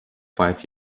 five